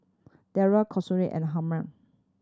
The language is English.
Darry Consuela and Harm